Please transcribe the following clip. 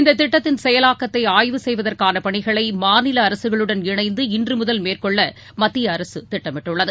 இந்ததிட்டத்தின் செயலாக்கத்தைஆய்வு செய்வதற்கானபணிகளைமாநிலஅரசுகளுடன் இணைந்து இன்றுமுதல் மேற்கொள்ளமத்தியஅரசுதிட்டமிட்டுள்ளது